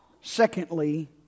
Secondly